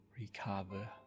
recover